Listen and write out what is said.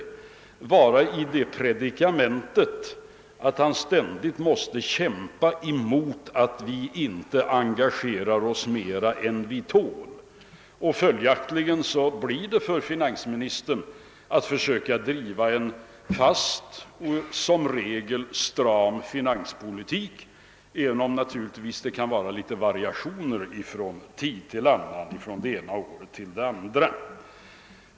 Han kommer att vara i det predikamentet, att han ständigt måste kämpa emot, så att vi inte engagerar oss mer än vi tål. Följaktligen måste finansministern försöka driva en fast och som regel stram finanspolitik, även om det kan bli fråga om variationer från det ena året till det andra.